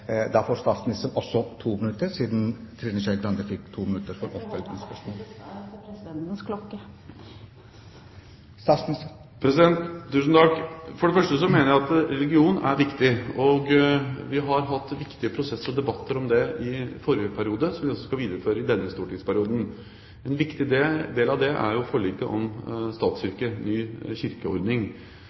får statsministeren også to minutter, siden Trine Skei Grande fikk to minutter. Jeg forholder meg alltid til presidentens klokke. Tusen takk, president. For det første mener jeg at religion er viktig, og vi har hatt viktige prosesser og debatter om det i forrige periode, som vi også skal videreføre i denne stortingsperioden. En viktig del av det er jo forliket om statskirke – ny kirkeordning.